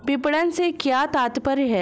विपणन से क्या तात्पर्य है?